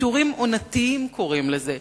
פיטורים עונתיים קוראים לזה,